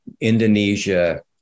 Indonesia